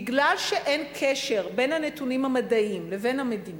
משום שאין קשר בין הנתונים המדעיים לבין המדיניות,